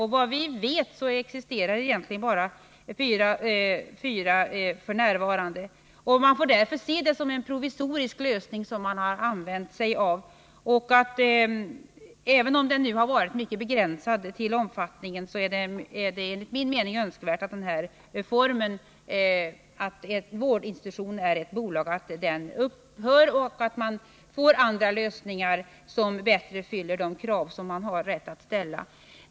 Såvitt vi vet existerar f. n. bara fyra sf ses som en provisorisk lösning. som man har använt sig av. Även om det här systemet har haft en mycket begränsad omfattning är det enligt min mening önskvärt att bolagsformen för vårdinstitutioner upphör och att vi får andra lösningar, som bättre fyller de krav som man har rätt att ställa.